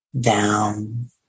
down